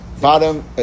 Bottom